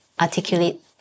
articulate